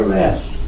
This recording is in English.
rest